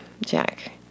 Jack